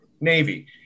Navy